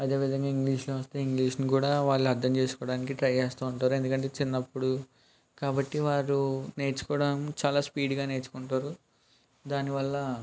అదే విధంగా ఇంగ్లీష్లో వస్తే ఇంగ్లీష్ను కూడా వాళ్ళు అర్థం చేసుకోవడానికి ట్రై చేస్తూ ఉంటారు ఎందుకంటే చిన్నప్పుడు కాబట్టి వారు నేర్చుకోవడం చాలా స్పీడ్గా నేర్చుకుంటారు దాని వల్ల